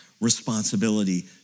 responsibility